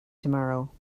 tomorrow